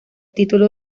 título